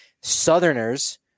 Southerners